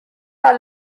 are